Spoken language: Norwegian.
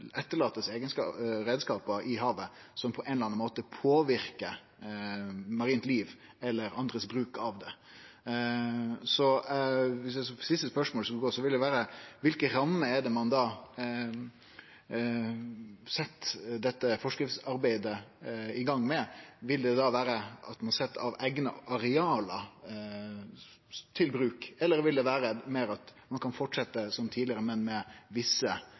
i havet som på ein eller annan måte påverkar marint liv eller andre sin bruk av det. Eit siste spørsmål vil vere: Innanfor kva rammer er det ein da sett dette forskriftsarbeidet i gang? Vil det vere at ein sett av eigna areal til bruk, eller vil det vere meir at ein kan fortsetje som tidlegare, men med visse